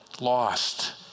lost